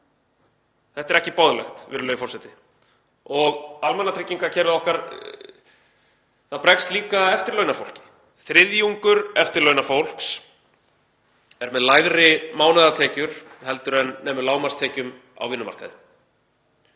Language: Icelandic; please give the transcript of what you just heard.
Þetta er ekki boðlegt, virðulegur forseti. Almannatryggingakerfið okkar bregst líka eftirlaunafólki. Þriðjungur eftirlaunafólks er með lægri mánaðartekjur heldur en nemur lágmarkstekjum á vinnumarkaði.